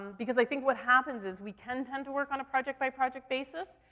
because i think what happens is we can tend to work on a project by project basis,